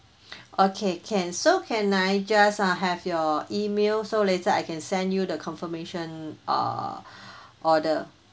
okay can so can I just uh have your E-mail so later I can send you the confirmation uh order